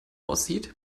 aussieht